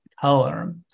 color